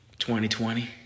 2020